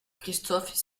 christophe